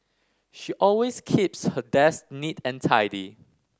she always keeps her desk neat and tidy